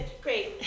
Great